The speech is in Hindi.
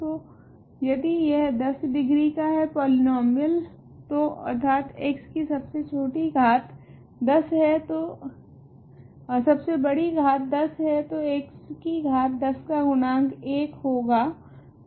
तो यदि यह 10 डिग्री का पॉलीनोमीयल है अर्थात x की सबसे बड़ी घाट 10 है तो x की घाट 10 का गुणांक 1 होगा